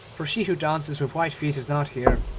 for she who dances with white feet is not here